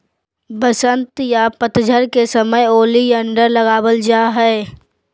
वसंत या पतझड़ के समय ओलियंडर लगावल जा हय